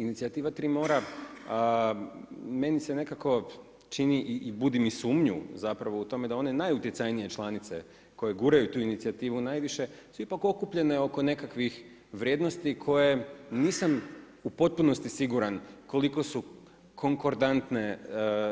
Inicijativa „Tri mora“ meni se nekako čini i budi mi sumnju u tome da one najutjecajnije članice koje guraju tu inicijativu najviše su ipak okupljene oko nekakvih vrijednosti koje nisam u potpunosti siguran koliko su konkordantne